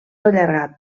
allargat